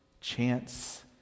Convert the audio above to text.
chance